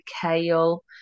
kale